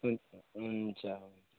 हुन्छ